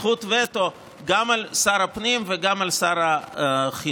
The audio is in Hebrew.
זכות וטו גם על שר הפנים וגם על שר החינוך.